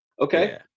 Okay